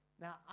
Now